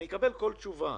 אני אקבל כל תשובה.